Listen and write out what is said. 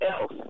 else